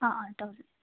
ꯑꯥ ꯑꯥ ꯇꯧꯁꯦ